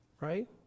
Right